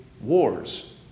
wars